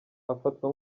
afatwa